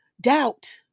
doubt